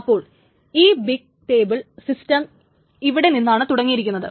അപ്പോൾ ഈ big table system ഇവിടെ നിന്നാണ് തുടങ്ങിയിരിക്കുന്നത്